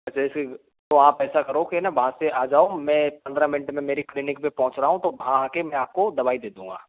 अच्छा इसी तो आप ऐसा करो कि आप वहाँ से आ जाओ तो मैं पंद्रह मिनट में मेरी क्लिनिक पे पहुँच रहा हूँ तो वहाँ आ के मैं आपको दवाई दे दूंगा